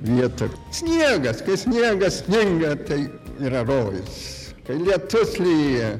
vieta sniegas kai sniegas sninga tai yra rojus kai lietus lyja